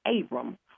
Abram